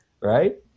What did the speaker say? right